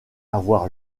avoir